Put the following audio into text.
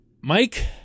Mike